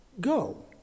Go